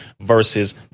versus